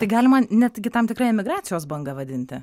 tai galima netgi tam tikra emigracijos banga vadinti